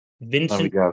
Vincent